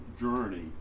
journey